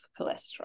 cholesterol